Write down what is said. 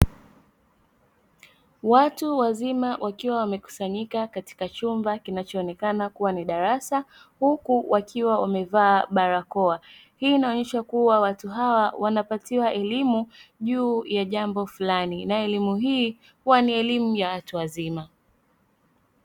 Watu wazima wakiwa wamekusanyika katika chumba kina choonekana kuwa ni darasa huku wakiwa wamevaa barakoa. Hii inaonesha kuwa watu hawa wanapatiwa elimu juu ya jambo fulani, na elimu hii huwa ni elimu ya watu wazima.